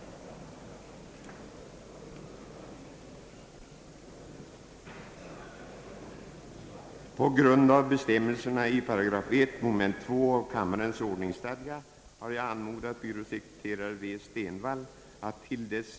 Protokoll över granskningen och förteckning över de granskade fullmakterna skall tillsammans med fullmakterna överlämnas till första kammaren. kats inför chefen för justitiedepartementet den 4 januari 1967.